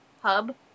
Hub